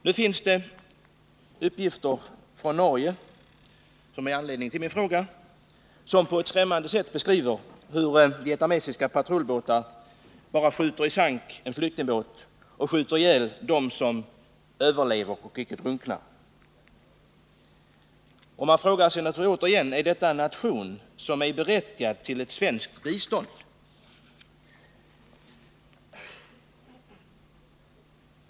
Nu finns det uppgifter från Norge, som är anledningen till min fråga och som på ett skrämmande sätt beskriver hur vietnamesiska patrullbåtar bara skjuter i sank flyktingbåtar och skjuter ihjäl dem som överlever och inte drunknar. Man frågar sig naturligtvis återigen: Är detta en nation som är berättigad till svenskt bistånd?